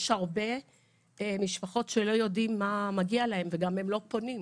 יש הרבה משפחות שלא יודעות מה מגיע להם וגם הם לא פונים,